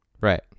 right